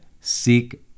Seek